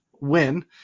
win